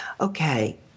Okay